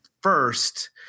first